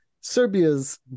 Serbia's